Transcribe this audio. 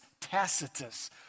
Tacitus